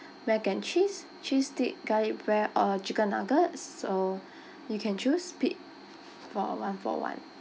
mac and cheese cheese stick garlic bread or chicken nuggets so you can choose pi~ for one for one